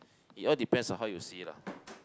it all depends on how you see lah